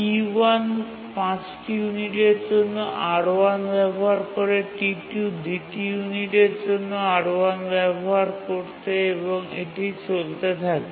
T1 ৫ টি ইউনিটের জন্য R1 ব্যবহার করে T2 ২ টি ইউনিটের জন্য R1 ব্যবহার করে এবং এই প্রক্রিয়াটি চলতে থাকে